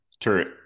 turret